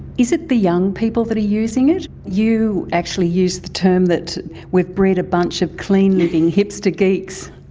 is it the young people that are using it? you actually use the term that we've bred a bunch of clean-living hipster geeks,